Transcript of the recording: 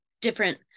different